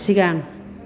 सिगां